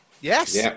Yes